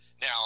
Now